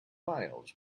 files